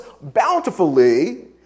bountifully